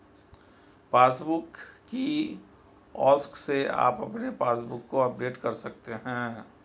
passbook kiosk से आप अपने पासबुक को अपडेट कर सकते हैं